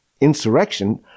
insurrection